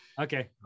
okay